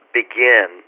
begin